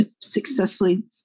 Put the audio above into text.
successfully